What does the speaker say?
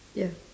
ya